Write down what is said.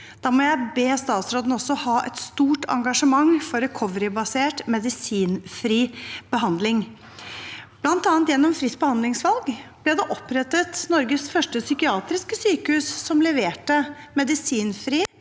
Da må jeg be statsråden også ha et stort engasjement for «recovery»-basert medisinfri behandling. Blant annet gjennom fritt behandlingsvalg ble Norges første psykiatriske sykehus med medisinfri